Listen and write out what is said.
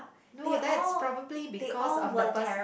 no that's probably because of the person